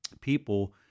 people